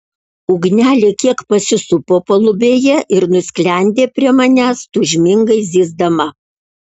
ugnelė kiek pasisupo palubėje ir nusklendė prie manęs tūžmingai zyzdama